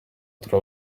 turi